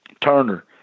Turner